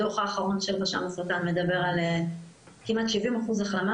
הדו"ח האחרון מדבר על כמעט 70 אחוזי החלמה